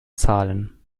zahlen